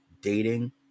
dating